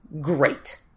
great